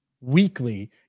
weekly